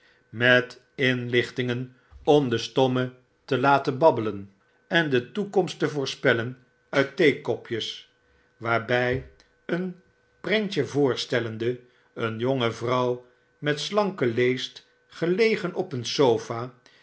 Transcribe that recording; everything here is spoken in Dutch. met inlichtingen om den stomme te laten babbelen en de toekomst te voorspellen uit theekopjes warbg een prentje voorstellende een jonge vroaw met slanke leest gelegen op een sofa